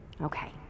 Okay